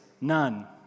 none